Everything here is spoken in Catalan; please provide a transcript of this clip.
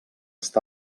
està